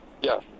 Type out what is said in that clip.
Yes